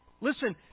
Listen